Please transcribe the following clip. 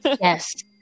Yes